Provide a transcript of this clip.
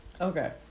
Okay